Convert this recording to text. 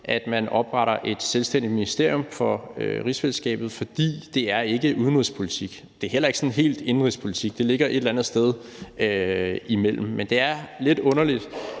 bl.a. opretter et selvstændigt ministerium for rigsfællesskabet, fordi det ikke er udenrigspolitik, men heller ikke helt er indenrigspolitik – det ligger et eller andet sted imellem. Men det er lidt underligt,